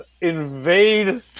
invade